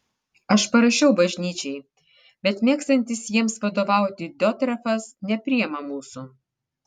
aš parašiau bažnyčiai bet mėgstantis jiems vadovauti diotrefas nepriima mūsų